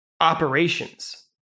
operations